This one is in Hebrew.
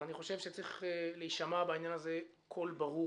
אבל אני חושב שצריך להישמע קול ברור,